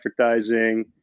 advertising